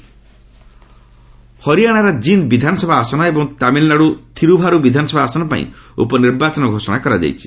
Bai poll ହରିୟାଣାର କିନ୍ଦ୍ ବିଧାନସଭା ଆସନ ଏବଂ ତାମିଲନାଡୁ ଥିରୁଭାରୁ ବିଧାନସଭା ଆସନ ପାଇଁ ଉପନିର୍ବାଚନ ଘୋଷଣା କରାଯାଇଛି